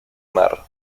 mar